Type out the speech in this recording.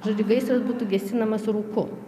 žodžiu gaisras būtų gesinamas rūku